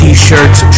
T-shirts